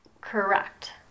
Correct